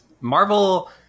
Marvel